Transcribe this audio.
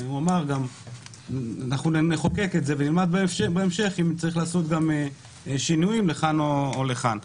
שאמר שנלמד בהמשך אם צריך לעשות שינויים לכאן או לכאן.